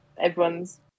everyone's